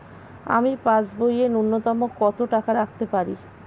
আমি পাসবইয়ে ন্যূনতম কত টাকা রাখতে পারি?